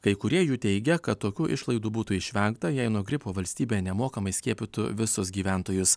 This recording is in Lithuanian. kai kurie jų teigia kad tokių išlaidų būtų išvengta jei nuo gripo valstybė nemokamai skiepytų visus gyventojus